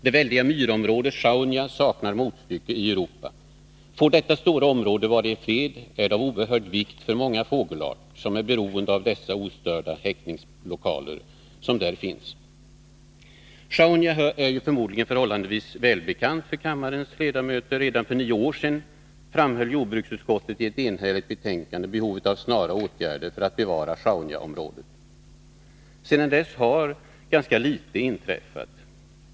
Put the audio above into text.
Det väldiga myrområdet Sjaunja saknar motstycke i Europa. Får detta stora område vara i fred, är det av oerhörd vikt för många fågelarter som är beroende av de ostörda häckningslokaler som där finns. Sjaunja är förmodligen förhållandevis välbekant för kammarens ledamöter. Redan för nio år sedan framhöll jordbruksutskottet i ett enhälligt betänkande behovet av snara åtgärder för att bevara Sjaunjaområdet. Sedan dess har ganska litet inträffat.